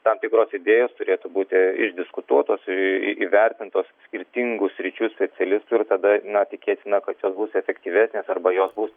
tam tikros idėjos turėtų būti išdiskutuotos įvertintos skirtingų sričių specialistų ir tada na įtikėtina kad jos bus efektyvesnės arba jos bus